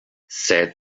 said